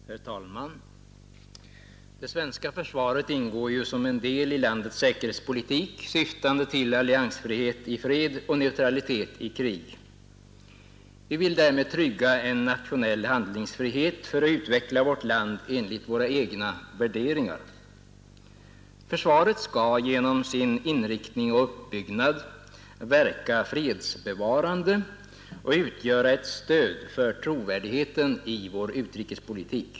Herr talman! Det svenska försvaret ingår som en del i landets säkerhetspolitik syftande till alliansfrihet i fred och neutralitet i krig. Vi vill därmed trygga en nationell handlingsfrihet för att utveckla vårt land enligt våra egna värderingar. Försvaret skall genom sin inriktning och uppbyggnad verka fredsbevarande och utgöra ett stöd för trovärdigheten i vår utrikespolitik.